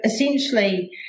essentially